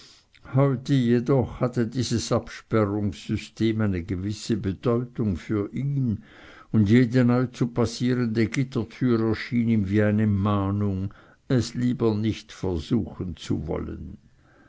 heute jedoch hatte dieses absperrungssystem eine gewisse bedeutung für ihn und jede neu zu passierende gittertür erschien ihm wie eine mahnung es lieber nicht versuchen zu wollen